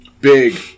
Big